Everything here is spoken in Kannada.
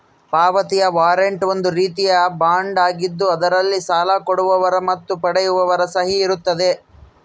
ಪಾವತಿಯ ವಾರಂಟ್ ಒಂದು ರೀತಿಯ ಬಾಂಡ್ ಆಗಿದ್ದು ಅದರಲ್ಲಿ ಸಾಲ ಕೊಡುವವರ ಮತ್ತು ಪಡೆಯುವವರ ಸಹಿ ಇರುತ್ತದೆ